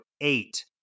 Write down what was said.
eight